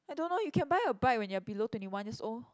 I don't know you can buy a bike when you are below twenty one years old